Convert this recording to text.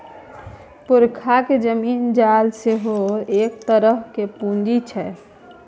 पुरखाक जमीन जाल सेहो एक तरहक पूंजीये छै